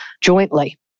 jointly